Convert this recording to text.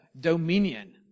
dominion